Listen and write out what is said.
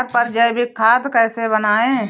घर पर जैविक खाद कैसे बनाएँ?